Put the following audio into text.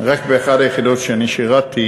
רק באחת היחידות שאני שירתתי